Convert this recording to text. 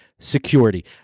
security